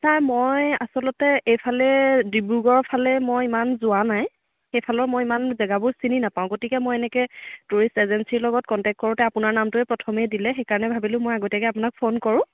sir মই আচলতে এইফালে ডিব্ৰুগড় ফালে মই ইমান যোৱা নাই সেইফালৰ মই ইমান জেগাবোৰ চিনি নেপাওঁ গতিকে মই এনেকৈ টুৰিষ্ট এজেঞ্চীৰ লগত কণ্টেক্ট কৰোঁতে আপোনাৰ নামটোৱেই প্ৰথমে দিলে সেইকাৰণে ভাবিলোঁ মই আগতীয়াকৈ আপোনাক ফোন কৰোঁ